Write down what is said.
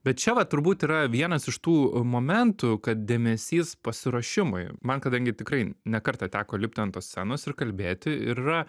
bet čia vat turbūt yra vienas iš tų momentų kad dėmesys pasiruošimui man kadangi tikrai ne kartą teko lipti ant tos scenos ir kalbėti ir yra